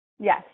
Yes